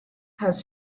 has